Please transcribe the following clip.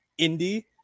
indie